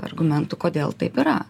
argumentų kodėl taip yra